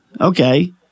Okay